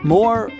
More